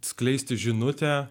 skleisti žinutę